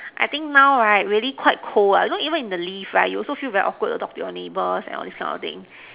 I think now right really quite cold you know even in the lift right you also feel very awkward talk to your neighbours that kind of thing